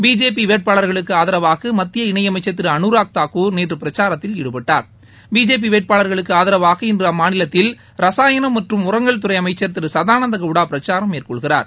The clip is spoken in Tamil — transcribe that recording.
பிஜேபி வேட்பாளர்களுக்கு மத்திய இணையமைச்சர் ஆதரவாக திரு அனுராக் தாக்கூர் நேற்று பிரச்சாரத்தில் ஈடுபட்டார் பிஜேபி வேட்பாளர்களுக்கு ஆதரவாக இன்று அம்மாநிலத்தில் ரசாயனம் மற்றம் உரங்கள் துறை அமைச்சர் திரு சகதானந்த கவுடா பிரச்சாரம் மேற்கொள்கிறார்